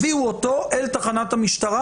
הביאו אותו אל תחנת המשטרה,